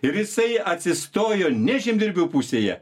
ir jisai atsistojo ne žemdirbių pusėje